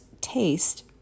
taste